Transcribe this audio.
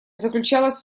заключалась